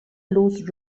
luz